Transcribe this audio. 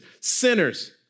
sinners